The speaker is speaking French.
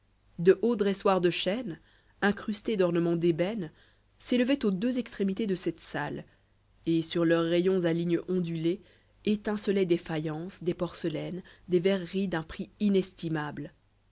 de hauts dressoirs de chêne incrustés d'ornements d'ébène s'élevaient aux deux extrémités de cette salle et sur leurs rayons à ligne ondulée étincelaient des faïences des porcelaines des verreries d'un prix inestimable